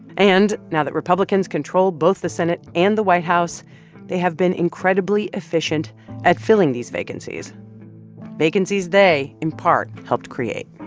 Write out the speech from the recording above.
and now that republicans control both the senate and the white house they have been incredibly efficient at filling these vacancies vacancies they in part helped create